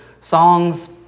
songs